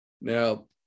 Now